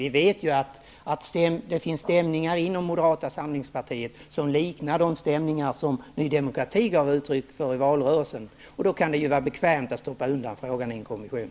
Vi vet att det finns stämningar inom Moderata samlingspartiet som liknar de stämningar som Ny demokrati gav uttryck för i valrörelsen. Då kan det ju vara bekvämt att stoppa undan frågan i en kommission.